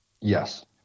Yes